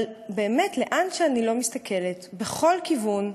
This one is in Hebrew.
אבל באמת, לאן שאני לא מסתכלת, בכל כיוון,